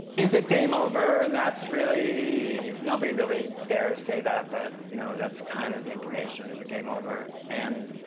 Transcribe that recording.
is it game over? and that's really nobody really dares say that, but you know that's kinda kind of the intimation. is it game over? and